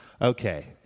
Okay